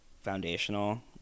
foundational